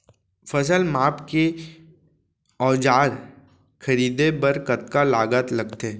फसल मापके के औज़ार खरीदे बर कतका लागत लगथे?